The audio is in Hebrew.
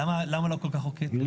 למה לא חוקית?